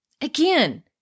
Again